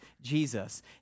Jesus